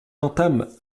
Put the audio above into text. entame